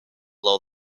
blow